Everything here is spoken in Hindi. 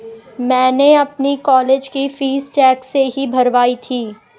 मैंने अपनी कॉलेज की फीस चेक से ही भरवाई थी